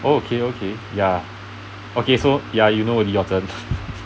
okay okay ya okay so ya you know already your turn